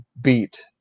beat